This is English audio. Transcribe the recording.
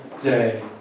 day